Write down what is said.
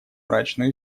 мрачную